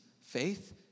faith